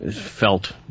felt